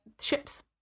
ships